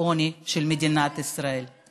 העוני של מדינת ישראל.